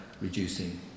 reducing